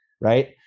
right